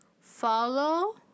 Follow